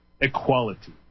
equality